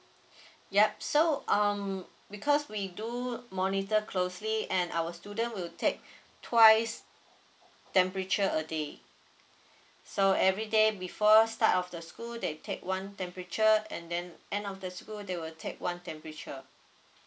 yup so um because we do monitor closely and our student will take twice temperature a day so everyday before start of the school they take one temperature and then end of the school they will take one temperature